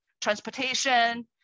transportation